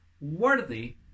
worthy